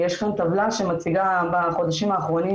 יש כאן טבלה שמציגה בחודשים האחרונים